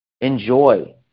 Enjoy